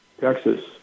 Texas